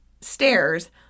stairs